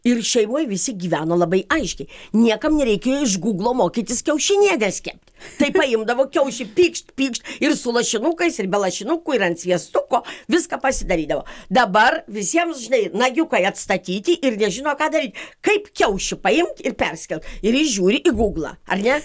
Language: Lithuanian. ir šeimoj visi gyveno labai aiškiai niekam nereikėjo iš gūglo mokytis kiaušinienės kept tai paimdavo kiaušį pykšt pykšt ir su lašinukais ir be lašinukų ir ant sviestuko viską pasidarydavo dabar visiems žinai nagiukai atstatyti ir nežino ką daryt kaip kiaušį paimt ir perskelt ir jis žiūri į gūglą ar ne